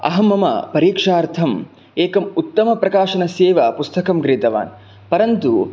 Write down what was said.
अहं मम परीक्षार्थम् एकम् उत्तमप्रकाशनस्यैव पुस्तकं क्रीतवान् परन्तु